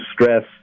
stress